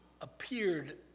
appeared